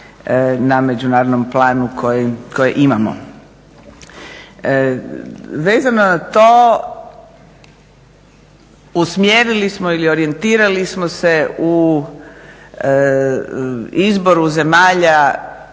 na međunarodnom planu koji imamo. Vezano za to usmjerili smo ili orijentirali smo se u izboru zemalja